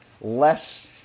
less